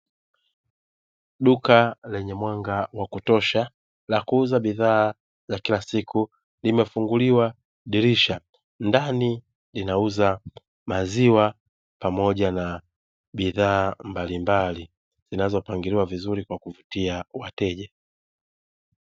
Duka lenye mwanga wa kutosha la kuuza bidhaa za kila siku. Limefunguliwa dirisha ndani linauza maziwa pamoja na bidhaa mbalimbali zinazopangiliwa vizuri kwa kuvutia wateja.